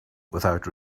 without